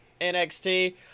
NXT